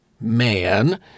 man